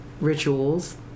rituals